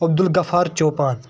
Abdul Gaffar Chopan